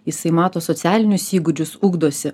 jisai mato socialinius įgūdžius ugdosi